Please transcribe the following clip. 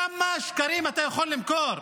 כמה שקרים אתה יכול למכור?